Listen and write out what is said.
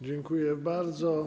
Dziękuję bardzo.